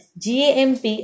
GAMP